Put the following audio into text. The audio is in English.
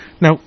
Now